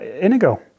Inigo